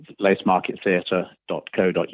lacemarkettheatre.co.uk